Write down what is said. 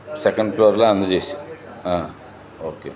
second ఫ్లోర్లో అందజేసెయ్ okay